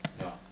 ya